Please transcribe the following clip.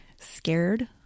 scared